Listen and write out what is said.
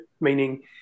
Meaning